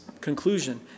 conclusion